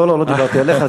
לא, לא דיברתי אליך.